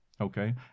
okay